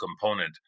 component